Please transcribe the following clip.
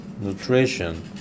nutrition